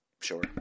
sure